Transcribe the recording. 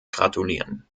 gratulieren